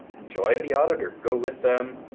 join the auditor. go with them.